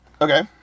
okay